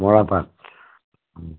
মৰাপাট